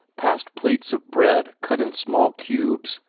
passed plates of bread cut in small cubes,